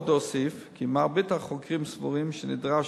עוד הוסיף כי מרבית החוקרים סבורים שנדרש